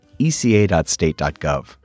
eca.state.gov